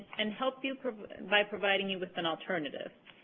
and help you by providing you with an alternative.